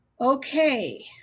Okay